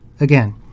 Again